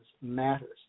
matters